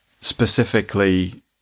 specifically